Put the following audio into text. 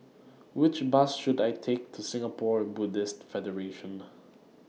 Which Bus should I Take to Singapore Buddhist Federation